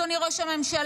אדוני ראש הממשלה,